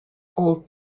old